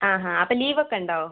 ആ ഹാ അപ്പം ലീവ് ഒക്കെ ഉണ്ടോ